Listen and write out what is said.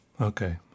Okay